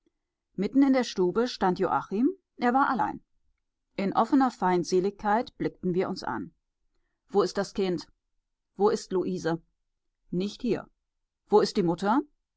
mitten in der stube stand joachim er war allein in offener feindseligkeit blickten wir uns an wo ist das kind wo ist luise nicht hier wo ist die mutter